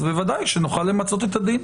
אז בוודאי שנוכל למצות את הדין,